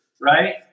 right